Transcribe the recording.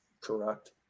correct